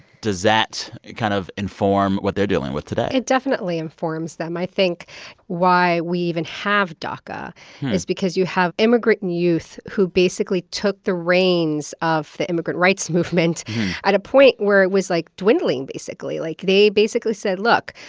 does that kind of inform what they're dealing with today? it definitely informs them. i think why we even have daca is because you have immigrant and youth who basically took the reins of the immigrant rights movement at a point where it was, like, dwindling, basically. like, they basically said, look,